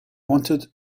wanted